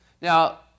Now